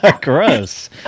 Gross